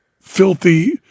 filthy